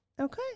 Okay